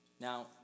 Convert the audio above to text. Now